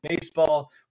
baseball